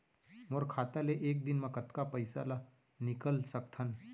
मोर खाता ले एक दिन म कतका पइसा ल निकल सकथन?